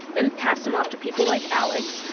then passed them off to people like alex,